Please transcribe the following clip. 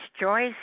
Joyce